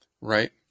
Right